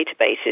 databases